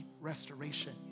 restoration